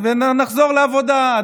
ונחזור לעבודה.